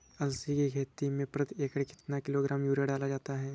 अलसी की खेती में प्रति एकड़ कितना किलोग्राम यूरिया डाला जाता है?